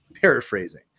paraphrasing